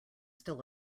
still